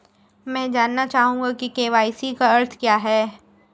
मैं जानना चाहूंगा कि के.वाई.सी का अर्थ क्या है?